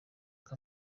yari